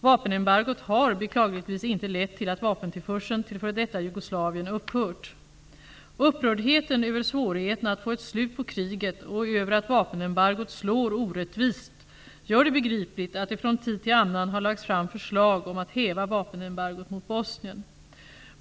Vapenembargot har beklagligtvis inte lett till att vapentillförseln till f.d. Upprördheten över svårigheterna att få ett slut på kriget och över att vapenembargot slår orättvist gör det begripligt att det från tid till annan har lagts fram förslag om att häva vapenembargot mot Bosnien.